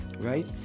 right